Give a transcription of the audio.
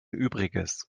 übriges